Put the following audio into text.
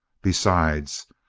besides,